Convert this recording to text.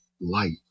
light